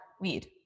weed